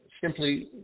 simply